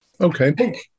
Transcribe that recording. okay